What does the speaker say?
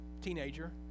teenager